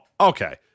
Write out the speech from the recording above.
okay